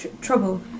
trouble